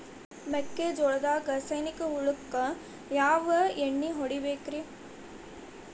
ಮೆಕ್ಕಿಜೋಳದಾಗ ಸೈನಿಕ ಹುಳಕ್ಕ ಯಾವ ಎಣ್ಣಿ ಹೊಡಿಬೇಕ್ರೇ?